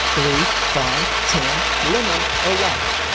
blue, fawn, tan, lemon or white,